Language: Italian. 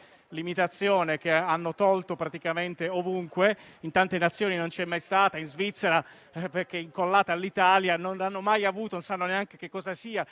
limitazione che hanno tolto praticamente ovunque e in tante Nazioni non c'è mai stata. In Svizzera, che è incollata all'Italia, non hanno mai avuto e non sanno neanche cosa sia